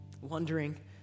wondering